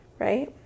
Right